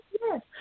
yes